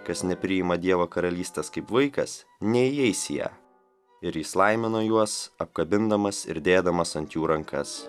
kas nepriima dievo karalystės kaip vaikas neįeis į ją ir jis laimino juos apkabindamas ir dėdamas ant jų rankas